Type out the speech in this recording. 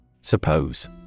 Suppose